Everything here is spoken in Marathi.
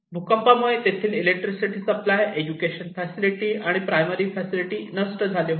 भूकंपामुळे तेथील इलेक्ट्रिसिटी सप्लाय एज्युकेशनल फॅसिलिटी आणि प्रायमरी स्कूल नष्ट झाले आहे